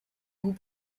goût